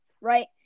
Right